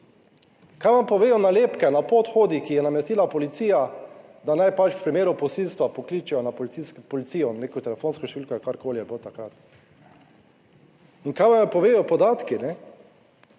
Kaj vam povejo nalepke na podhodih, ki jih je namestila policija, da naj pač v primeru posilstva pokličejo na policijo na neko telefonsko številko ali karkoli je bilo takrat? In kaj vam povedo podatki v